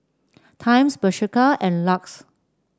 Times Bershka and Lux